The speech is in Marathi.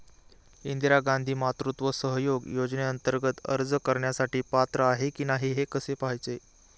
इंदिरा गांधी मातृत्व सहयोग योजनेअंतर्गत अर्ज करण्यासाठी पात्र आहे की नाही हे कसे पाहायचे?